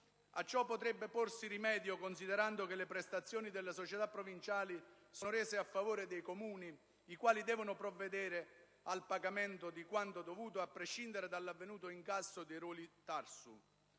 A ciò potrebbe porsi rimedio considerando che le prestazioni delle società provinciali sono rese a favore dei Comuni, i quali devono provvedere al pagamento di quanto dovuto a prescindere dall'avvenuto incasso dei ruoli TARSU.